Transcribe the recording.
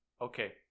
Okay